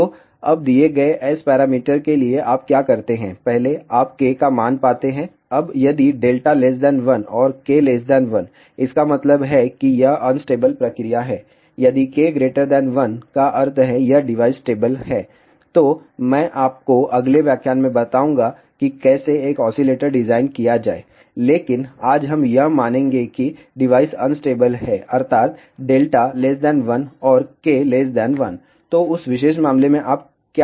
तो अब दिए गए S पैरामीटर के लिए आप क्या करते हैं पहले आप K का मान पाते हैं अब यदि 1 और K 1 इसका मतलब है कि यह अनस्टेबल प्रक्रिया है यदि K 1 का अर्थ है यह डिवाइस स्टेबल है तो मैं आपको अगले व्याख्यान में बताऊंगा कि कैसे एक ऑसीलेटर डिजाइन किया जाए लेकिन आज हम यह मानेंगे कि डिवाइस अनस्टेबल है अर्थात 1और K 1 तो उस विशेष मामले में आप क्या करते हैं